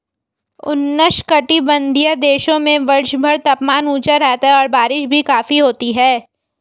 उष्णकटिबंधीय देशों में वर्षभर तापमान ऊंचा रहता है और बारिश भी काफी होती है